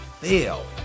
fail